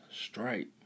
stripe